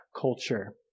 culture